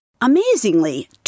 Amazingly